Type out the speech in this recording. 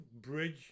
bridge